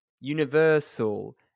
universal